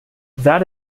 that